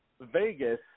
Vegas